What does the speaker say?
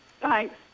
Thanks